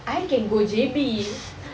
I can go J_B